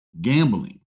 Gambling